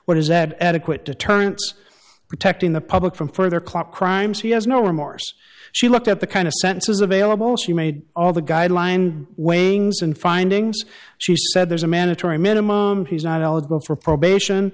what is that adequate deterrence protecting the public from further klopp crimes he has no remorse she looked at the kind of sentences available she made all the guideline weighings and findings she said there's a mandatory minimum he's not eligible for probation